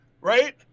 Right